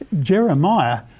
Jeremiah